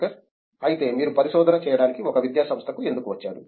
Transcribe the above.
శంకరన్ అయితే మీరు పరిశోధన చేయడానికి ఒక విద్యాసంస్థకు ఎందుకు వచ్చారు